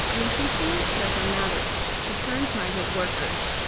and increasingly, retornados returned migrant workers